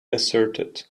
asserted